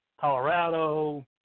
Colorado